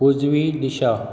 उजवी दिशा